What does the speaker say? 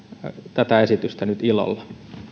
tätä esitystä nyt ilolla